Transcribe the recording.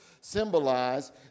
symbolize